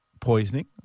poisoning